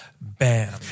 Bam